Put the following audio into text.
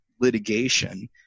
litigation